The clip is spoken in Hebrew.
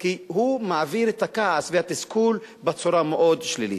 כי הוא מעביר את הכעס והתסכול בצורה מאוד שלילית.